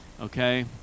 Okay